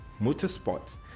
motorsport